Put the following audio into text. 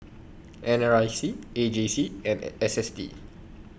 N R I C A J C and S S T